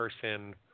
person